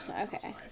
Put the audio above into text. okay